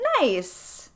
Nice